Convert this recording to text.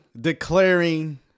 declaring